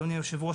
אדוני היושב-ראש,